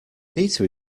peter